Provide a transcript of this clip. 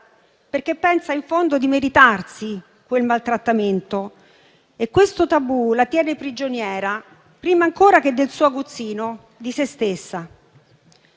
perché pensa in fondo di meritarsi quel maltrattamento e questo tabù la tiene prigioniera, prima ancora che del suo aguzzino, di se stessa.